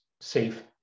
safe